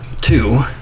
Two